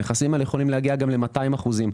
המכסים האלה יכולים להגיע גם ל-200 אחוזים.